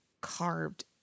carved